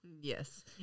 Yes